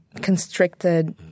constricted